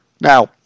Now